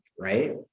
Right